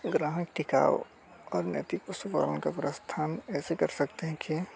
ग्राहक टिकाऊ और नैतिक कुशवाहों का प्रस्थान ऐसे कर सकते हैं कि